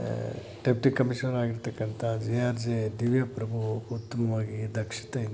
deputy commissioner ಆಗಿರತಕ್ಕಂಥ G R J Divyaprabhu ಉತ್ತುಮವಾಗಿ ದಕ್ಷತೆಯಿಂದ